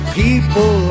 people